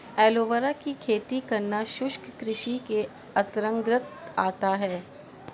aloe vera की खेती करना शुष्क कृषि के अंतर्गत आता है